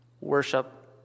worship